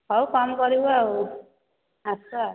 ହଉ କମ୍ କରିବୁ ଆଉ ଆସ